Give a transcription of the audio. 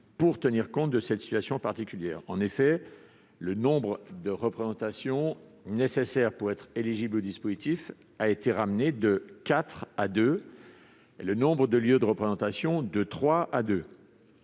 de tenir compte de cette situation particulière. Le nombre de représentations nécessaire pour être éligible au dispositif a ainsi été ramené de quatre à deux, le nombre de lieux de représentation de trois